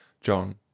JOHN